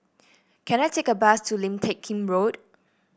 can I take a bus to Lim Teck Kim Road